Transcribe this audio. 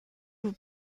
vous